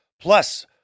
Plus